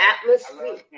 atmosphere